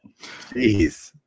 Jeez